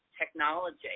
technology